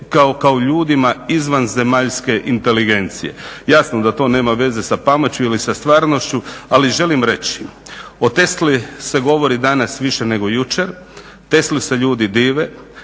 kao ljudima izvanzemaljske inteligencije. Jasno da to nema veze sa pameću ili sa stvarnošću, ali želim reći o Tesli se govori danas više nego jučer, Tesli se ljudi dive,